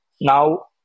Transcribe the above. Now